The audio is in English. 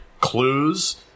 clues